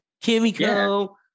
Kimiko